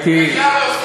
אפשר להוסיף.